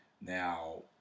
Now